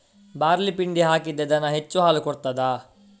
Barley ಪಿಂಡಿ ಹಾಕಿದ್ರೆ ದನ ಹೆಚ್ಚು ಹಾಲು ಕೊಡ್ತಾದ?